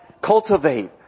cultivate